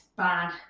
Bad